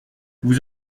vous